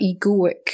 egoic